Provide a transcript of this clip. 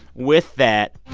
with that,